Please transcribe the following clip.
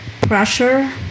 pressure